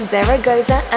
Zaragoza